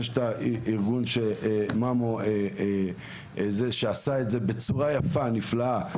כמו שעשה ממו דרך הארגון בצורה יפה ונפלאה,